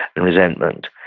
and resentment,